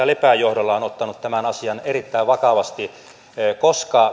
lepän johdolla on ottanut tämän asian erittäin vakavasti koska